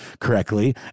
correctly